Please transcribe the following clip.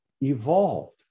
evolved